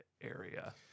area